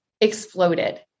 exploded